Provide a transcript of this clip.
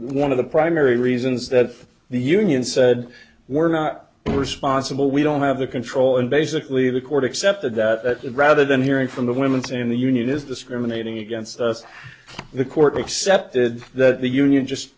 one of the primary reasons that the union said we're not responsible we don't have the control and basically the court accepted that rather than hearing from the women in the union is discriminating against us the court accepted that the union just